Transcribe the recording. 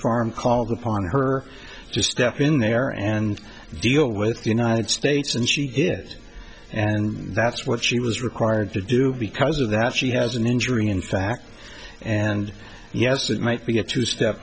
farm called upon her to step in there and deal with the united states and she did and that's what she was required to do because of that she has an injury in fact and yes it might be a two step